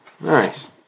Nice